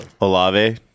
Olave